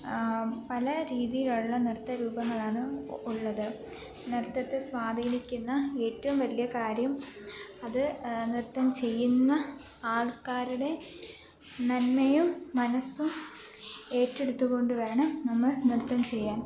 പല രീതികളിൽ നൃത്തരൂപങ്ങളാണ് ഉള്ളത് നൃത്തത്തെ സ്വാധീനിക്കുന്ന ഏറ്റവും വലിയ കാര്യം അത് നൃത്തം ചെയ്യുന്ന ആൾക്കാരുടെ നന്മയും മനസ്സും ഏറ്റെടുത്തു കൊണ്ടുവേണം നമ്മൾ നൃത്തം ചെയ്യാൻ